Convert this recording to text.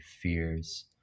fears